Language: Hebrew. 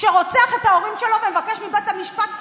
שרוצח את ההורים שלו ומבקש מבית המשפט רחמים: